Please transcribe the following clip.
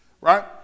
right